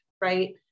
right